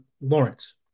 Lawrence